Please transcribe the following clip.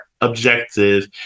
objective